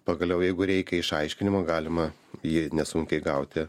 pagaliau jeigu reikia išaiškinimo galima jį nesunkiai gauti